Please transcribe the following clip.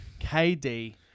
KD